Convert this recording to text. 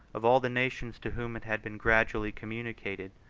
of all the nations to whom it had been gradually communicated,